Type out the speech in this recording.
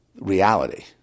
reality